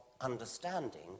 understanding